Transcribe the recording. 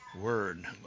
word